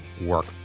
work